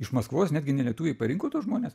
iš maskvos netgi ne lietuviai parinko tuos žmones